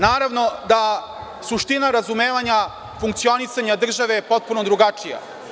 Naravno, da suština razumevanja funkcionisanja države je potpuno drugačija.